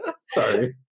Sorry